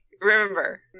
remember